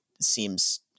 seems